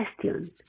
question